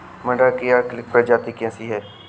मटर की अर्किल प्रजाति कैसी है?